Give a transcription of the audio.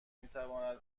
میتواند